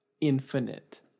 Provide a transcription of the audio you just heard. Infinite